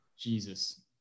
Jesus